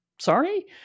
Sorry